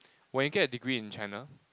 when you get a degree in China